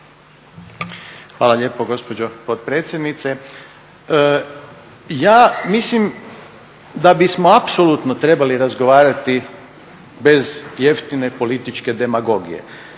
Hvala lijepo gospođo potpredsjednice. Ja mislim da bismo apsolutno trebali razgovarati bez jeftine političke demagogije